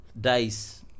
dice